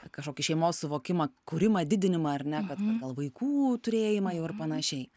kažkokį šeimos suvokimą kūrimą didinimą ar ne kad gal vaikų turėjimą jau ir panašiai